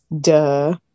Duh